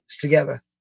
together